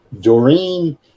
Doreen